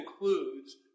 includes